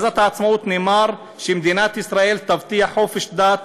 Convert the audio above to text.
נאמר שמדינת ישראל תבטיח חופש דת,